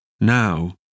now